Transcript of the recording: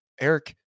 Eric